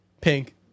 Pink